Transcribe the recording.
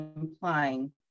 implying